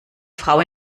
frau